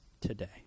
today